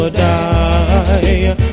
die